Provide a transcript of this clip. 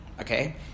Okay